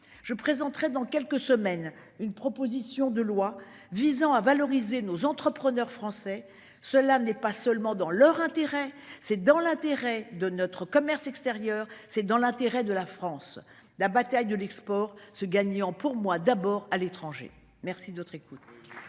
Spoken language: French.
Je présenterai dans quelques semaines, une proposition de loi visant à valoriser nos entrepreneurs français, cela n'est pas seulement dans leur intérêt, c'est dans l'intérêt de notre commerce extérieur, c'est dans l'intérêt de la France. La bataille de l'export. Ce gagnant pour moi d'abord à l'étranger merci d'autres.